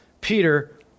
Peter